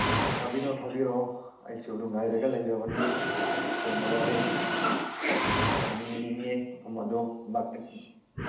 ꯊꯥꯕꯤꯔꯛꯑꯣ ꯊꯥꯕꯤꯔꯛꯑꯣ ꯑꯩꯁꯨ ꯑꯗꯨ ꯉꯥꯏꯔꯒ ꯂꯩꯔꯕꯅꯤ ꯉꯥꯏꯕꯁꯨ ꯌꯥꯝꯅ ꯋꯥꯔꯦ ꯌꯥꯝꯅ ꯌꯦꯡꯅꯤꯡꯉꯦ ꯃꯐꯝ ꯑꯗꯨ